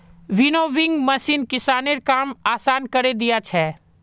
winnowing machine किसानेर काम आसान करे दिया छे